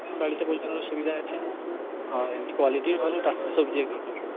হ্যাঁ বাড়িতে পোঁছানোরও সুবিধা আছে আর এমনি কোয়ালিটি ভালো টাটকা সবজি একদম পাবেন